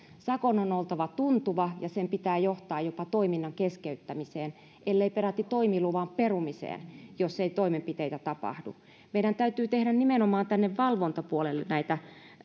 sakon on on oltava tuntuva ja sen pitää johtaa jopa toiminnan keskeyttämiseen ellei peräti toimiluvan perumiseen jos ei toimenpiteitä tapahdu meidän täytyy tehdä nimenomaan valvontapuolelle näitä